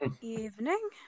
Evening